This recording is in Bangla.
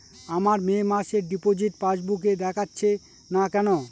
আমার মে মাসের ডিপোজিট পাসবুকে দেখাচ্ছে না কেন?